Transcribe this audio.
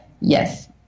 Yes